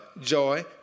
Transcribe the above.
joy